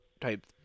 type